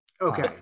Okay